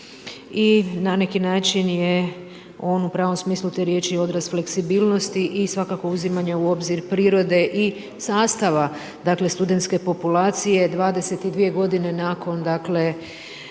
i na neki način je u pravom smislu te riječi i odraz fleksibilnosti i svakako uzimanja u obzir prirode i sastava dakle studentske populacije 22 godine nakon dakle